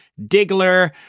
Diggler